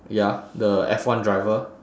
ya the F one driver